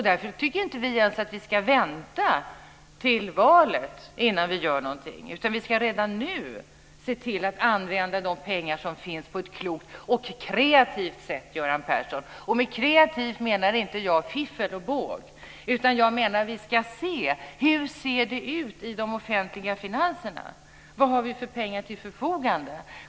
Därför tycker vi inte att vi ska vänta till valet innan vi gör någonting. Vi ska redan nu se till att använda de pengar som finns på ett klokt och kreativt sätt, Göran Persson. Med "kreativt" menar jag inte fiffel och båg, utan jag menar att vi ska se hur det ser ut i de offentliga finanserna. Vad har vi för pengar till förfogande?